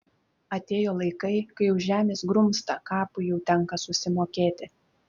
atėjo laikai kai už žemės grumstą kapui jau tenka susimokėti